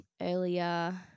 earlier